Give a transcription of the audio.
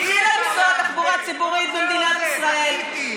הגיעה בסוף תחבורה ציבורית למדינת ישראל.